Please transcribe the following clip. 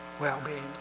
well-being